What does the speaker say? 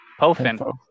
Pofin